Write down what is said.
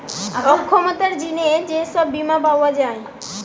অক্ষমতার জিনে যে সব বীমা পাওয়া যায়